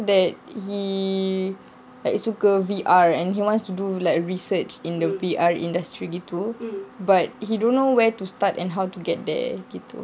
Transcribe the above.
that he like suka V_R and he wants to do like research in the V_R industry gitu but he don't know where to start and how to get there gitu